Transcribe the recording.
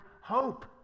hope